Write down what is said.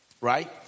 right